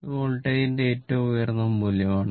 ഇത് വോൾട്ടേജിന്റെ ഏറ്റവും ഉയർന്ന മൂല്യമാണ്